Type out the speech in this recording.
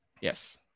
Yes